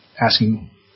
Asking